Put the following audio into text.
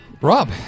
Rob